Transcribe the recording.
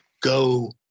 go